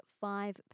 five